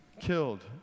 killed